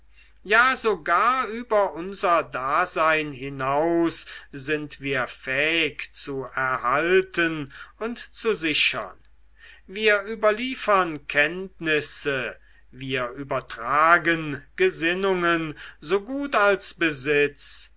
ja sogar über unser dasein hinaus sind wir fähig zu erhalten und zu sichern wir überliefern kenntnisse wir übertragen gesinnungen so gut als besitz